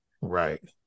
Right